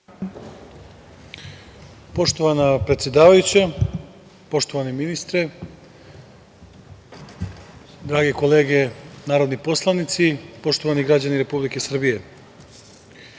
Poštovana predsedavajuća, poštovani ministre, drage kolege narodni poslanici, poštovani građani Republike Srbije,